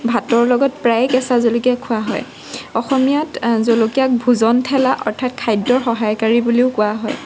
ভাতৰ লগত প্ৰায় কেঁচা জলকীয়া খোৱা হয় অসমীয়াত জলকীয়াক ভোজন ঠেলা অৰ্থাৎ খাদ্যৰ সহায়কাৰী বুলিও কোৱা হয়